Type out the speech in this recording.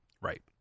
right